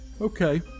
Okay